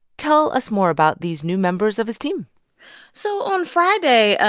tell us more about these new members of his team so on friday,